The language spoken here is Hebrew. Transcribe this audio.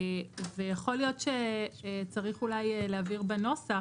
ויכול להיות שצריך להבהיר בנוסח,